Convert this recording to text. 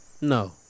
No